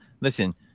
listen